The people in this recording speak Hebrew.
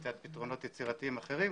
מציאת פתרונות יצירתיים אחרים,